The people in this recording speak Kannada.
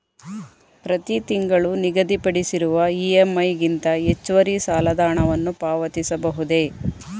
ಪ್ರತಿ ತಿಂಗಳು ನಿಗದಿಪಡಿಸಿರುವ ಇ.ಎಂ.ಐ ಗಿಂತ ಹೆಚ್ಚುವರಿ ಸಾಲದ ಹಣವನ್ನು ಪಾವತಿಸಬಹುದೇ?